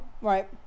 Right